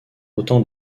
autant